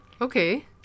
Okay